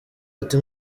ati